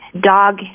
dog